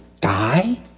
die